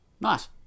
Nice